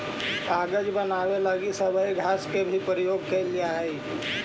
कागज बनावे लगी सबई घास के भी प्रयोग कईल जा हई